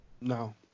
No